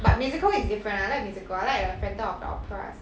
but musical is different lah I like musical I like the phantom of the opera